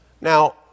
Now